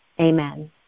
Amen